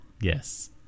Yes